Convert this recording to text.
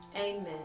Amen